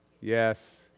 Yes